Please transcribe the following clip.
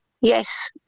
yes